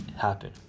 happen